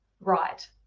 right